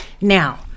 Now